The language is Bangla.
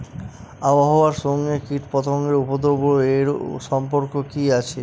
আবহাওয়ার সঙ্গে কীটপতঙ্গের উপদ্রব এর সম্পর্ক কি আছে?